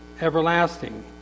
everlasting